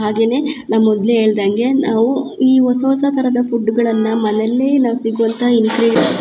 ಹಾಗೇನೆ ನಾ ಮೊದಲೇ ಹೇಳ್ದಂಗೆ ನಾವು ಈ ಹೊಸ ಹೊಸ ಥರದ ಫುಡ್ಗಳನ್ನ ಮನೆಯಲ್ಲೇ ನಾವು ಸಿಗುವಂಥ ಇಂಕ್ರಿ